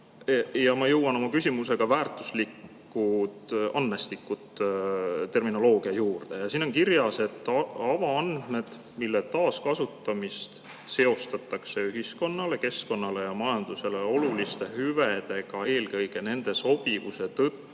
Ja ma jõuan oma küsimusega väärtuslike andmestike termini juurde. Siin on kirjas: "avaandmed, mille taaskasutamist seostatakse ühiskonnale, keskkonnale ja majandusele oluliste hüvedega eelkõige nende sobivuse tõttu